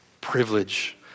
privilege